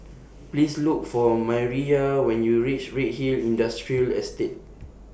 Please Look For Mireya when YOU REACH Redhill Industrial Estate